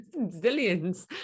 zillions